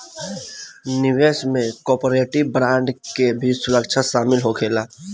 निवेश में corporate bond के भी सुरक्षा शामिल होखेला